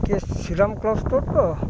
କିଏ Shriram cross store ତ